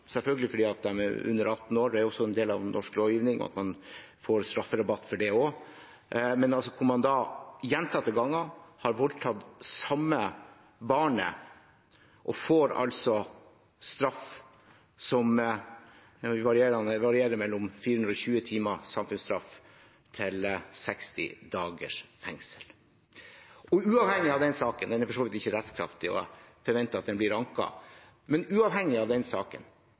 selvfølgelig fordi de er under 18 år, det er en del av norsk lovgivning at man får strafferabatt for det – gjentatte ganger har voldtatt det samme barnet og får en straff som varierer mellom 420 timers samfunnsstraff og 60 dagers fengsel. Dommen er for så vidt ikke rettskraftig, og jeg forventer at den blir anket, men uavhengig av den saken: